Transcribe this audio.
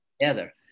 together